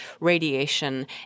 radiation